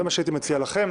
זה מה שהייתי מציע לכם.